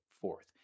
fourth